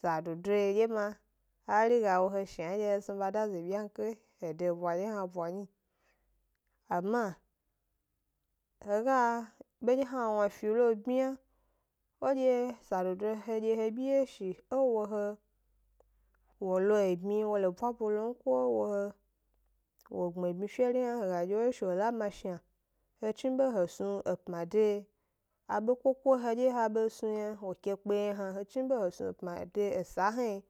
Sadodo yio dye ma, hari ga wo he shna dye he snu ba da ze byiyake he de 'bwa dye hna bwa nyi, ama he ga bedye hna wna fi lo bmya, edye sadodo yi he dye he byi 'wye shi e wo he wo lo ebmyi wo lo bwa bwe lo m, ko e wo wo wo gbmi 'bmyi feri hna m, he ga dye wo 'wye shi wo la mashna, he chni be he snu epma de abe koko hedye ha be snu yna wo ke kpe ye m hna, he chnibe he snu epma de esa hna yi